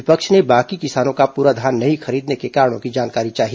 विपक्ष ने बाकी किसानों का पूरा धान नहीं खरीदने के कारणों की जानकारी चाही